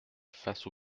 face